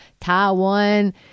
Taiwan